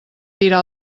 tirar